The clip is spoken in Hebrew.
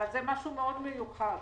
אבל זה משהו מאוד יוצא דופן.